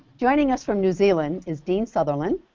joining us from new zealand is dean sutherland.